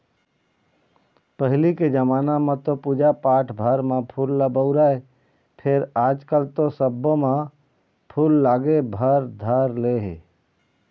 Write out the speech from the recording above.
पहिली के जमाना म तो पूजा पाठ भर म फूल ल बउरय फेर आजकल तो सब्बो म फूल लागे भर धर ले हे